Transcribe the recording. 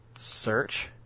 Search